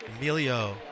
Emilio